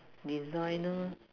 designer